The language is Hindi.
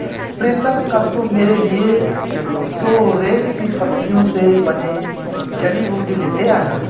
प्रीतम कल तू मेरे लिए सोरेल की पत्तियों से बनी जड़ी बूटी लेते आना